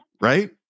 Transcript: right